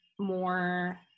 more